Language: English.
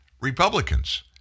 Republicans